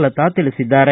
ಲತಾ ತಿಳಿಸಿದ್ದಾರೆ